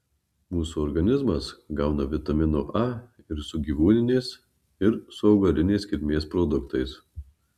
mūsų organizmas gauna vitamino a ir su gyvūninės ir su augalinės kilmės produktais